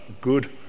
good